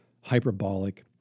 hyperbolic